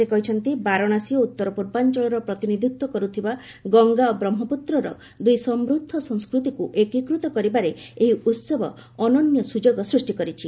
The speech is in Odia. ସେ କହିଛନ୍ତି ବାରଣାସୀ ଓ ଉତ୍ତର ପୂର୍ବାଞ୍ଚଳର ପ୍ରତିନିଧିତ୍ୱ କରୁଥିବା ଗଙ୍ଗା ଓ ବ୍ରହ୍ମପୁତ୍ରର ଦୁଇ ସମୃଦ୍ଧ ସଂସ୍କୃତିକୁ ଏକୀକୃତ କରିବାରେ ଏହି ଉତ୍ସବ ଅନନ୍ୟ ସୁଯୋଗ ସୃଷ୍ଟି କରିଛି